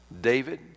David